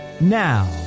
Now